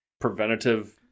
preventative